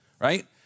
right